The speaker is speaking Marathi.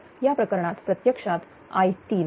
तर या प्रकरणात प्रत्यक्षातi3